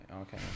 okay